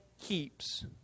keeps